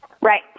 Right